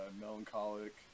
melancholic